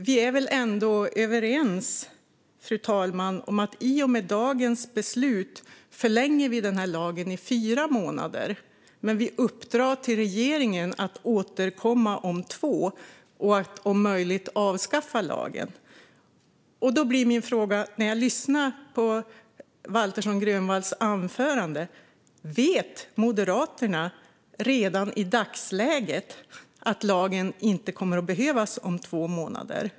Vi är väl ändå överens, fru talman, om att vi i och med dagens beslut förlänger lagen i fyra månader men uppdrar åt regeringen att återkomma om två och om möjligt avskaffa lagen. Då blir min fråga, sedan jag lyssnat på Waltersson Grönvalls anförande: Vet Moderaterna redan i dagsläget att lagen inte kommer att behövas om två månader?